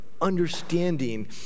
understanding